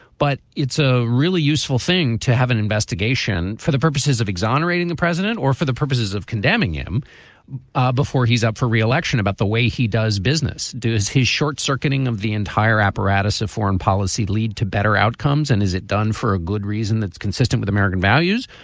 but it's a really useful thing to have an investigation for the purposes of exonerating the president or for the purposes of condemning him before he's up for re-election about the way he does business. does his short circuiting of the entire apparatus of foreign policy lead to better outcomes? and is it done for a good reason that's consistent with american values?